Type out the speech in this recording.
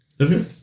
Okay